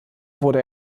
wurde